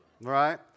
Right